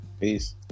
peace